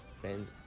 friends